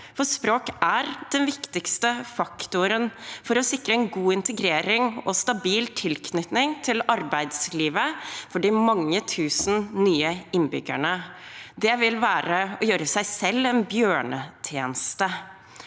for språk er den viktigste faktoren for å sikre en god integrering og stabil tilknytning til arbeidslivet for de mange tusen nye innbyggerne. Det vil være å gjøre seg selv en bjørnetjeneste.